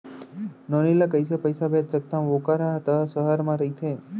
नोनी ल कइसे पइसा भेज सकथव वोकर हा त सहर म रइथे?